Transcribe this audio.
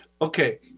Okay